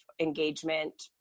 engagement